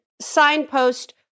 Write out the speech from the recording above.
signpost